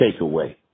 takeaway